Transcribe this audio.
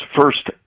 First